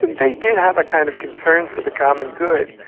they did have a kind of concern for the common good.